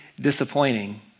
disappointing